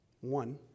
One